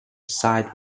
side